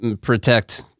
protect